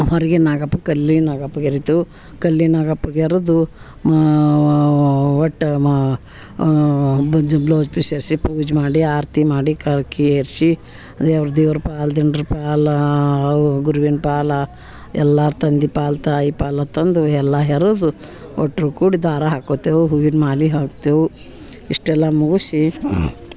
ಹೊರಗೆ ನಾಗಪ್ಪಗೆ ಕಲ್ಲಿನ ನಾಗಪ್ಪಗೆ ಎರಿತೇವೆ ಕಲ್ಲಿನ ನಾಗಪ್ಪಗೆ ಎರೆದು ಒಟ್ಟು ಪೂಜೆ ಮಾಡಿ ಆರತಿ ಮಾಡಿ ಕರ್ಕಿ ಏರ್ಸಿ ದೇವ್ರ ದೇವ್ರ ಪಾಲು ದಿಂಡ್ರ ಪಾಲು ಗುರುವಿನ ಪಾಲು ಎಲ್ಲರೂ ತಂದೆ ಪಾಲು ತಾಯಿ ಪಾಲು ತಂದು ಎಲ್ಲ ಎರದು ಒಟ್ಟು ಕೂಡಿ ದಾರ ಹಾಕೊತೇವೆ ಹೂವಿನ ಮಾಲೆ ಹಾಕ್ತೇವೆ ಇಷ್ಟೆಲ್ಲ ಮುಗಿಶಿ